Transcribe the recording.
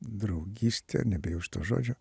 draugystė nebijau šito žodžio